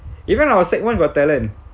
even our sec one got talent